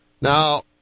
Now